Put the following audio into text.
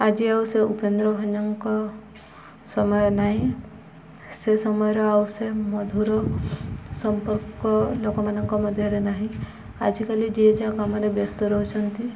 ଆଜି ଆଉ ସେ ଉପେନ୍ଦ୍ର ଭଞ୍ଜ ସମୟ ନାହିଁ ସେ ସମୟର ଆଉ ସେ ମଧୁର ସମ୍ପର୍କ ଲୋକମାନଙ୍କ ମଧ୍ୟରେ ନାହିଁ ଆଜିକାଲି ଯିଏ ଯାହା କାମରେ ବ୍ୟସ୍ତ ରହୁଛନ୍ତି